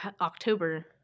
October